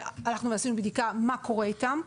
שאנחנו עשינו בדיקה מה קורה איתן,